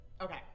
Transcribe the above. Okay